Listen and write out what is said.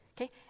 okay